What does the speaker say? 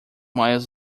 miles